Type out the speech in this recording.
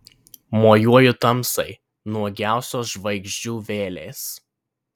mojuoju tamsai nuogiausios žvaigždžių vėlės